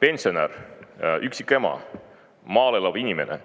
pensionär, üksikema, maal elav inimene,